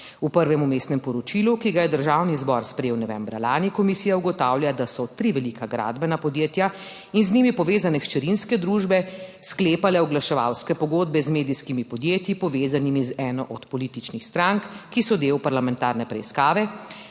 V prvem vmesnem poročilu, ki ga je Državni zbor sprejel novembra lani, komisija ugotavlja, da so tri velika gradbena podjetja in z njimi povezane hčerinske družbe sklepale oglaševalske pogodbe z medijskimi podjetji, povezanimi z eno od političnih strank, ki so del parlamentarne preiskave,